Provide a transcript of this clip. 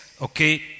Okay